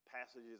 passages